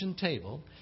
table